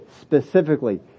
specifically